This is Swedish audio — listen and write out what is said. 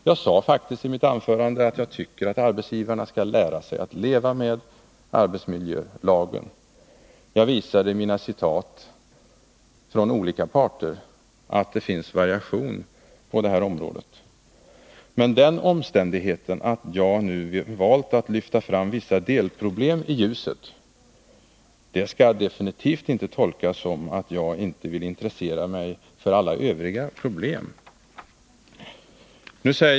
Jag sade faktiskt i mitt anförande att jag tycker att arbetsgivarna skall lära sig att leva med arbetsmiljölagen. Jag visade i mina citat från olika parter att det finns variationer i uppfattningarna. Men den omständigheten att jag nu har valt att lyfta fram vissa delproblem i ljuset skall definitivt inte tolkas som att jag inte vill intressera mig för alla övriga problem.